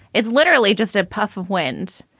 it's literally just a puff of wind.